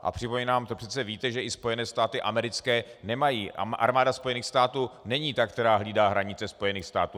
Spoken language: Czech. A připomínám, to přece víte, že i Spojené státy americké nemají a armáda Spojených států není ta, která hlídá hranice Spojených států.